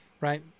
right